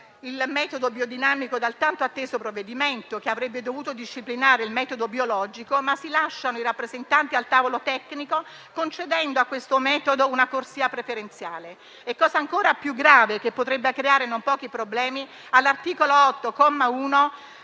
il metodo biodinamico dal tanto atteso provvedimento che avrebbe dovuto disciplinare il metodo biologico, ma si lasciano i rappresentanti al Tavolo tecnico, concedendo a questo metodo una corsia preferenziale e, cosa ancora più grave che potrebbe creare non pochi problemi, all'articolo 8,